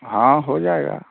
हाँ हो जाएगा